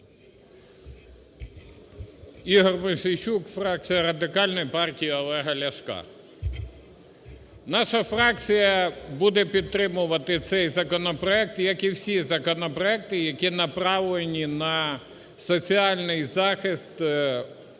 Ігор Мосійчук, фракція Радикальної партії Олега Ляшка. Наша фракція буде підтримувати цей законопроект як і всі законопроекти, які направлені на соціальний захист наших